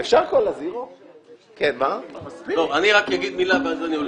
אני אגיד מילה ואז אני אלך.